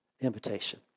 invitation